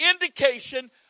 Indication